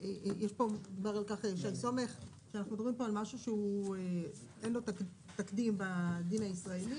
התברר עם שי סומך שאנחנו מדברים פה על משהו שאין לו תקדים בדין הישראלי,